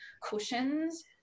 cushions